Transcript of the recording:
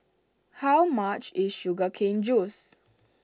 how much is Sugar Cane Juice